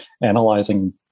analyzing